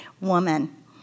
woman